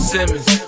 Simmons